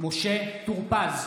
משה טור פז,